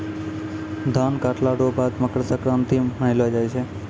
धान काटला रो बाद मकरसंक्रान्ती मानैलो जाय छै